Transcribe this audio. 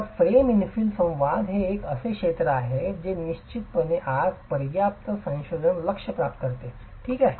तर frame infill संवाद हे एक असे क्षेत्र आहे जे निश्चितपणे आज पर्याप्त संशोधन लक्ष प्राप्त करते ठीक आहे